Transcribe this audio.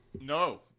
No